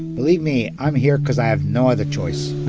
believe me, i'm here cause i have no other choice.